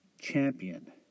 champion